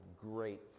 great